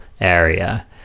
area